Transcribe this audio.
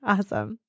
Awesome